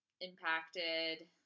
impacted